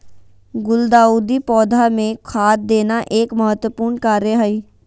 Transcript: गुलदाऊदी पौधा मे खाद देना एक महत्वपूर्ण कार्य हई